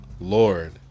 Lord